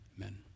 Amen